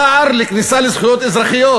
לשער לכניסה לזכויות אזרחיות.